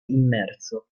immerso